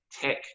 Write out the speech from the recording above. tech